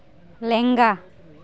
ᱞᱮᱸᱜᱟ